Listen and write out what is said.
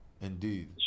Indeed